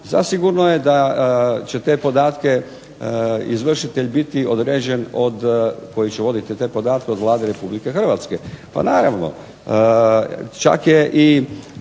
zasigurno je da će te podatke izvršitelj biti određen od, koji će voditi te podatke, od Vlade RH. Pa naravno, čak je i